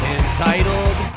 entitled